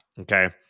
Okay